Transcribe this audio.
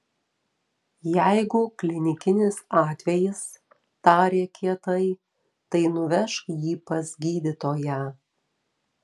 jeigu klinikinis atvejis tarė kietai tai nuvežk jį pas gydytoją